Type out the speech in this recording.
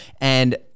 and-